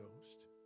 Ghost